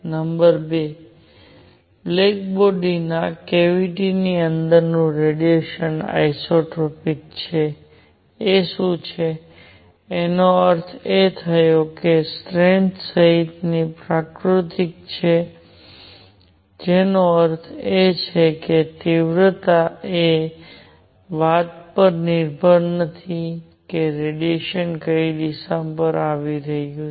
number 2 black body ના cavity ની અંદરનું રેડિયેશન આઇસોટ્રોપિક છે એ શું છે એનો અર્થ એ થયો કે સ્ટ્રેન્થ સહિતની પ્રકૃતિ છે તેનો અર્થ એ છે કે તીવ્રતા એ વાત પર નિર્ભર નથી કે રેડિયેશન કઈ દિશામાંથી આવી રહ્યું છે